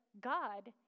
God